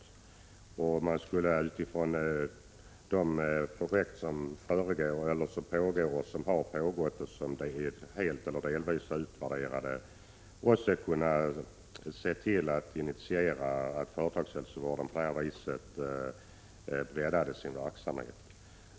Utifrån erfarenheterna från de projekt som pågår och som har pågått och som även helt eller delvis är utvärderade borde man kunna initiera åtgärder som innebär att företagshälsovården breddar sin verksamhet.